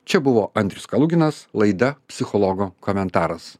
čia buvo andrius kaluginas laida psichologo komentaras